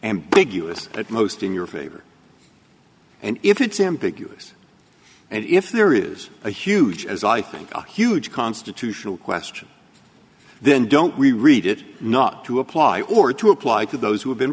ambiguous at most in your favor and if it's ambiguous and if there is a huge as i think a huge constitutional question then don't we read it not to apply or to apply to those who have been